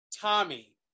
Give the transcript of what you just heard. Tommy